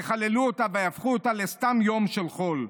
יחללו אותה ויהפכו אותה לסתם יום של חול.